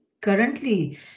currently